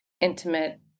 intimate